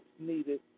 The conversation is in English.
needed